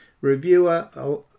Reviewer